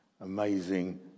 amazing